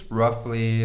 roughly